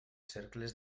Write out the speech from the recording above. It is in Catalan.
cercles